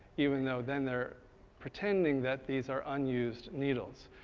even though then they're pretending that these are unused needles.